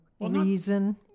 reason